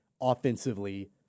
offensively